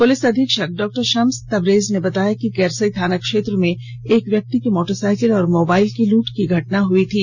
police अधीक्षक doctor Shams Tabrez ने बताया कि केरसई थाना क्षेत्र में एक व्यक्ति की मोटरसाइकिल और मोबाइल की लूट की घटना हुई थी